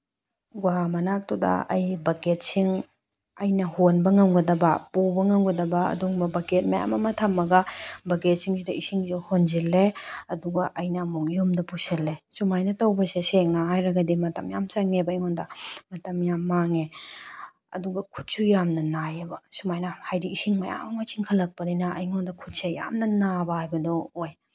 ꯒꯨꯍꯥ ꯃꯅꯥꯛꯇꯨꯗ ꯑꯩ ꯕꯛꯀꯦꯠꯁꯤꯡ ꯑꯩꯅ ꯍꯣꯟꯕ ꯉꯝꯒꯗꯕ ꯄꯨꯕ ꯉꯝꯒꯗꯕ ꯑꯗꯨꯒꯨꯝꯕ ꯕꯛꯀꯦꯠ ꯃꯌꯥꯝ ꯑꯃ ꯊꯝꯃꯒ ꯕꯛꯀꯦꯠꯁꯤꯡꯁꯤꯗ ꯏꯁꯤꯡꯁꯦ ꯍꯣꯟꯖꯤꯜꯂꯦ ꯑꯗꯨꯒ ꯑꯩꯅ ꯑꯃꯨꯛ ꯌꯨꯝꯗ ꯄꯨꯁꯤꯜꯂꯦ ꯁꯨꯃꯥꯏꯅ ꯇꯧꯕꯁꯦ ꯁꯦꯡꯅ ꯍꯥꯏꯔꯒꯗꯤ ꯃꯇꯝ ꯌꯥꯝ ꯆꯪꯉꯦꯕ ꯑꯩꯉꯣꯟꯗ ꯃꯇꯝ ꯌꯥꯝ ꯃꯥꯡꯉꯦ ꯑꯗꯨꯒ ꯈꯨꯠꯁꯨ ꯌꯥꯝꯅ ꯅꯥꯏꯌꯦꯕ ꯁꯨꯃꯥꯏꯅ ꯍꯥꯏꯗꯤ ꯏꯁꯤꯡ ꯃꯌꯥꯝ ꯑꯃꯒ ꯆꯤꯡꯈꯠꯂꯛꯄꯅꯤꯅ ꯑꯩꯉꯣꯟꯗ ꯈꯨꯠꯁꯦ ꯌꯥꯝꯅ ꯅꯥꯕ ꯍꯥꯏꯕꯗꯣ ꯑꯣꯏ